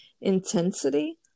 intensity